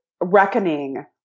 reckoning